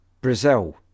Brazil